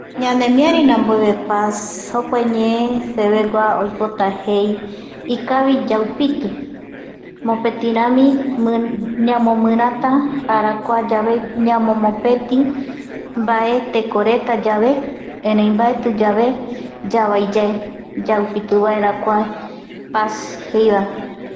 Ñanemiari rambueve paz jokuae ñee sevegua oipota jei ikavi yaupiti mopeti rami ñamomirata arakua yave ñamomopeti mbae tekoreta yave erei mbaetiyave yavaiyae yaupiti vaera kuae paz jeivae